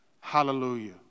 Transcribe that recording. Hallelujah